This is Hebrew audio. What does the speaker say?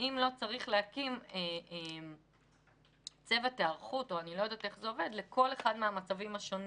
האם לא צריך להקים צוות היערכות לכל אחד מהמצבים השונים?